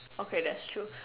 okay that's true